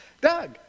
Doug